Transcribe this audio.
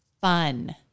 fun